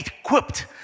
equipped